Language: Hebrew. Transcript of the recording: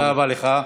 תודה רבה לך.